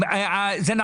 הבנתי.